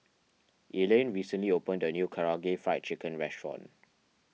Elaine recently opened a new Karaage Fried Chicken restaurant